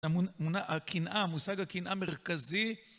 הקנאה, מושג הקנאה מרכזי